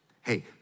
Hey